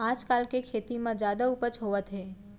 आजकाल के खेती म जादा उपज होवत हे